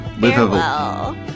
Farewell